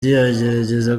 agerageza